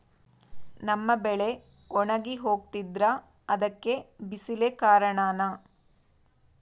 ನಮ್ಮ ಬೆಳೆ ಒಣಗಿ ಹೋಗ್ತಿದ್ರ ಅದ್ಕೆ ಬಿಸಿಲೆ ಕಾರಣನ?